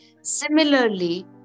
Similarly